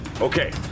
Okay